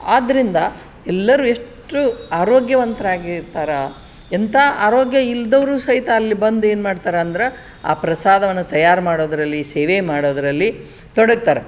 ಆದ್ದರಿಂದ ಎಲ್ಲರೂ ಎಷ್ಟು ಆರೋಗ್ಯವಂತರಾಗಿ ಇರ್ತಾರೆ ಎಂಥ ಆರೋಗ್ಯ ಇಲ್ಲದವ್ರು ಸಹಿತ ಅಲ್ಲಿ ಬಂದು ಏನ್ಮಾಡ್ತಾರ ಅಂದ್ರೆ ಆ ಪ್ರಸಾದವನ್ನು ತಯಾರು ಮಾಡೋದರಲ್ಲಿ ಸೇವೆ ಮಾಡೋದರಲ್ಲಿ ತೊಡಗ್ತಾರೆ